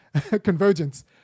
convergence